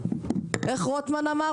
איך רוטמן אמר?